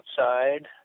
outside